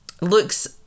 looks